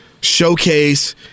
Showcase